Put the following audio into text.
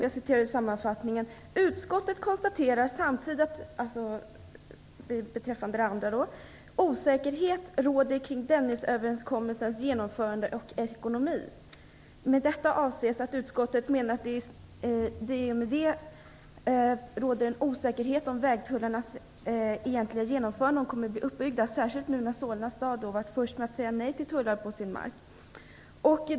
Jag citerar ur sammanfattningen: "Utskottet konstaterar att osäkerhet råder kring Dennisöverenskommelsens genomförande och ekonomi." Med detta avses att utskottet menar att det i och med detta råder en osäkerhet om vägtullarnas egentliga genomförande, särskilt nu när Solna stad blev först med att säga nej till tullar på sin mark.